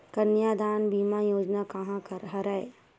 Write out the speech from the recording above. कन्यादान बीमा योजना का हरय?